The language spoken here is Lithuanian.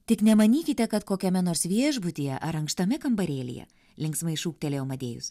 tik nemanykite kad kokiame nors viešbutyje ar ankštame kambarėlyje linksmai šūktelėjo amadėjus